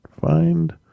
find